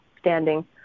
standing